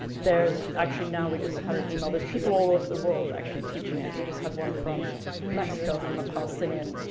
there's actually now we just had an email there's people all over the world, actually, teaching it. we just had one from mexico, from a palestinian,